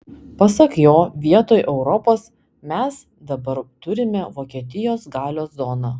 pasak jo vietoj europos mes dabar turime vokietijos galios zoną